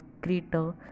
greater